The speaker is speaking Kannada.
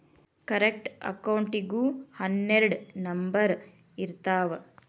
ಕರೆಂಟ್ ಅಕೌಂಟಿಗೂ ಹನ್ನೆರಡ್ ನಂಬರ್ ಇರ್ತಾವ